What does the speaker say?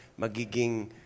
magiging